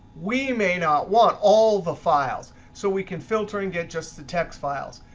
we may not want all the files. so we can filter and get just the text files.